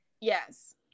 Yes